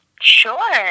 Sure